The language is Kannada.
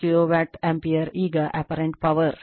8 KVA ಈಗ apparent power